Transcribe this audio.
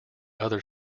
other